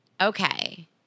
Okay